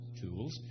tools